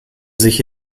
sich